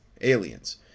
aliens